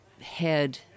head